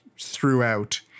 throughout